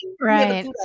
right